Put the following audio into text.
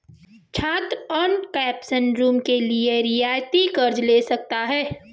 छात्र on campus room के लिए रियायती कर्ज़ ले सकता है